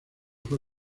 fue